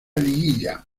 liguilla